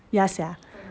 ya sia